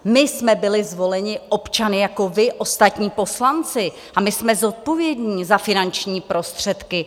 My jsme byli zvoleni občany jako vy, ostatní poslanci, a my jsme zodpovědní za finanční prostředky.